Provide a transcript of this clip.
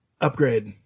upgrade